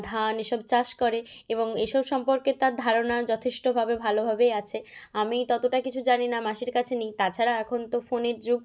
ধান এসব চাষ করে এবং এসব সম্পর্কে তার ধারণা যথেষ্টভাবে ভালোভাবেই আছে আমি ততটা কিছু জানি না মাসির কাছে নিই তাছাড়া এখন তো ফোনের যুগ